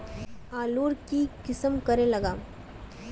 आलूर की किसम करे लागम?